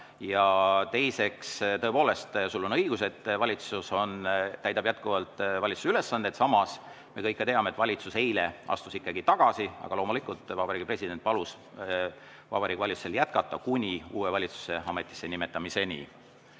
Teiseks, tõepoolest, sul on õigus, et valitsus täidab jätkuvalt valitsuse ülesandeid. Samas, me kõik ka teame, et valitsus astus eile ikkagi tagasi. Aga loomulikult, Vabariigi President palus Vabariigi Valitsusel jätkata kuni uue valitsuse ametisse nimetamiseni. Kert